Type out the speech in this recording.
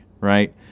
right